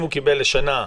אם הוא קיבל לשנה,